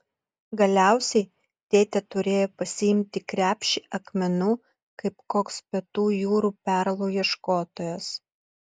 galiausiai tėtė turėjo pasiimti krepšį akmenų kaip koks pietų jūrų perlų ieškotojas